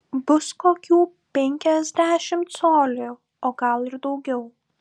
bus kokių penkiasdešimt colių o gal ir daugiau